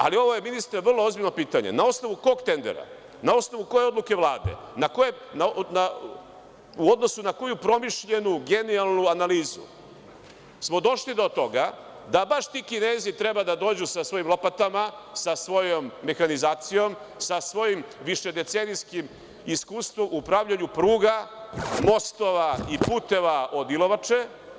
Ali, ovo je, ministre, vrlo ozbiljno pitanje - na osnovu kog tendera, na osnovu koje odluke Vlade, u odnosu na koju promišljenu, genijalnu analizu smo došli do toga da baš ti Kinezi treba da dođu svojim lopatama, sa svojom mehanizacijom, sa svojim višedecenijskim iskustvom u pravljenju pruga, mostova i puteva od ilovače?